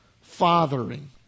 fathering